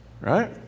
right